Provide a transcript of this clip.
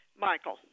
Michael